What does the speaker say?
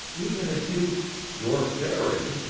even if you your fairy?